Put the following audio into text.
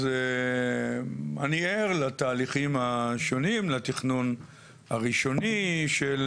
אז אני ער לתהליכים השונים, לתכנון הראשוני של